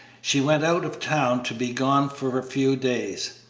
she went out of town, to be gone for a few days.